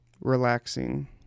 relaxing